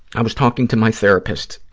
i was talking to my therapist